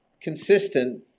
consistent